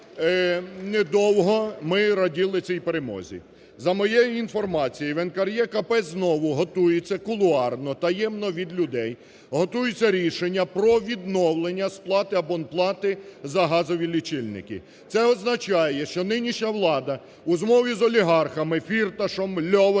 недовго ми раділи цій перемозі. За моєю інформацією, в НКРЕКП знову готується кулуарно, таємно від людей готується рішення про відновлення сплати абонплати за газові лічильники. Це означає, що нинішня влада у змові з олігархами Фірташем, Льовочкіним,